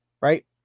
right